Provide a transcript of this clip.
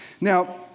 Now